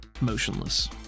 motionless